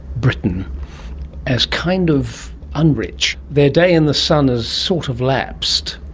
britain as kind of un-rich. their day in the sun has sort of lapsed,